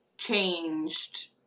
changed